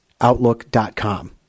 outlook.com